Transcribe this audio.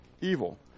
evil